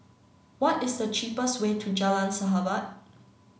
what is the cheapest way to Jalan Sahabat